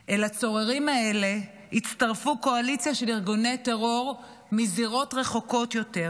אל הצוררים האלה הצטרפו קואליציה של ארגוני טרור מזירות רחוקות יותר,